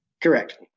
Correct